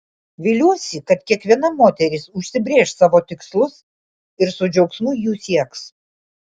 viliuosi kad kiekviena moteris užsibrėš savo tikslus ir su džiaugsmu jų sieks